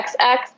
XX